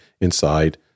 inside